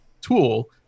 tool